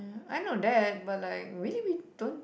I know that but like really we don't